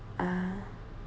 (uh huh)